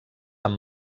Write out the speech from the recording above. amb